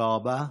תודה רבה.